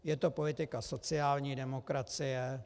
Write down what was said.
Je to politika sociální demokracie.